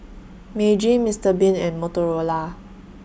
Meiji Mister Bean and Motorola